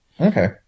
Okay